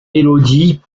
élodie